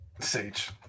Sage